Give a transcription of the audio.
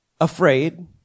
afraid